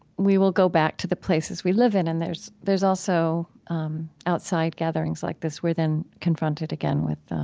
we will go back to the places we live in, and there's there's also outside gatherings like this we're then confronted again with